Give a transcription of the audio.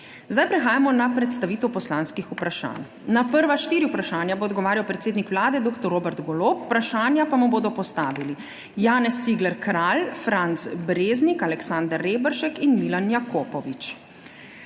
Zdaj prehajamo na predstavitev poslanskih vprašanj. Na prva štiri vprašanja bo odgovarjal predsednik Vlade dr. Robert Golob, vprašanja pa mu bodo postavili Janez Cigler Kralj, Franc Breznik, Aleksander Reberšek in Milan Jakopovič.